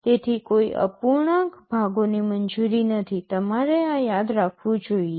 તેથી કોઈ અપૂર્ણાંક ભાગોની મંજૂરી નથી તમારે આ યાદ રાખવું જોઈએ